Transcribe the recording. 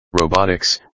Robotics